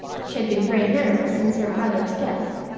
she had been very nervous since her brother's death,